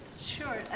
Sure